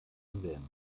erwähnen